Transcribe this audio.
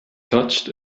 touched